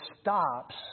stops